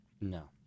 No